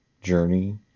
journey